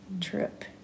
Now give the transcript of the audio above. trip